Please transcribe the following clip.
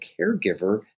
caregiver